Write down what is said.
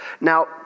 Now